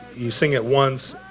you sing it once.